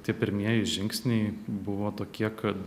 tie pirmieji žingsniai buvo tokie kad